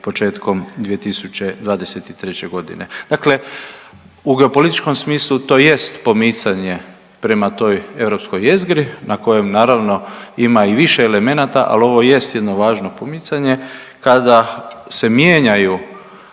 početkom 2023. g. Dakle u geopolitičkom smislu to jest pomicanje prema toj europskoj jezgri, na kojem naravno ima i više elemenata, ali ovo jest jedno važno pomicanje kada se mijenjaju